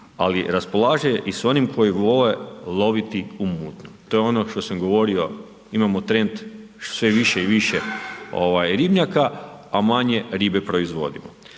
ali raspolaže i sa onim koji vole loviti u mutnom. To je ono što sam govorio, imamo trend sve više i više ribnjaka a manje ribe proizvodimo.